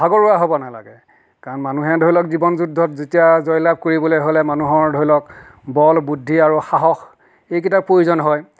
ভাগৰুৱা হ'ব নালাগে কাৰণ মানুহে ধৰি লওক জীৱন যুদ্ধত যেতিয়া জয় লাভ কৰিবলৈ হ'লে মানুহৰ ধৰি লওক বল বুদ্ধি আৰু সাহস এইকেইটাৰ প্ৰয়োজন হয়